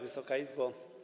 Wysoka Izbo!